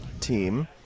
team